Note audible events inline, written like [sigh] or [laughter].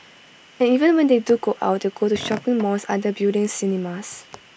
and even when they do go out they go to [noise] shopping malls other buildings cinemas